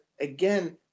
again